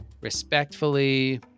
respectfully